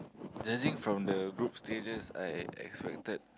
judging from the group stages I expected